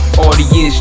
Audience